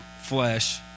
flesh